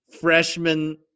freshman –